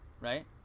right